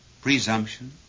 presumption